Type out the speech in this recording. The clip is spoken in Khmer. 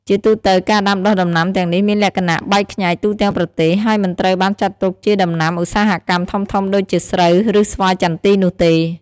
ជាទូទៅ ការដាំដុះដំណាំទាំងនេះមានលក្ខណៈបែកខ្ញែកទូទាំងប្រទេស ហើយមិនត្រូវបានចាត់ទុកជាដំណាំឧស្សាហកម្មធំៗដូចជាស្រូវ ឬស្វាយចន្ទីនោះទេ។